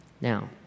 Now